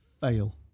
fail